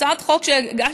הצעת חוק שהגשתי,